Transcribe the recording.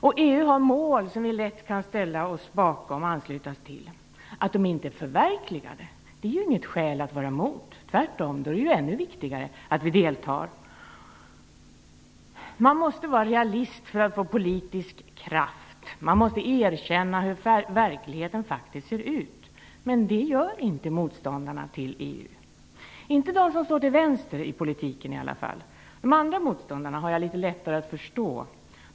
Vi kan lätt ställa oss bakom de mål EU ställer upp. Att målen inte är förverkligade är inget skäl till att vara emot. Tvärtom, då är det ännu viktigare att vi deltar. Man måste vara realist för att få politisk kraft. Man måste erkänna hur verkligheten faktiskt ser ut. Men det gör inte motståndarna till EU, i varje fall inte de som står till vänster i politiken. Jag har litet lättare för att förstå de andra motståndarna.